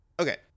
okay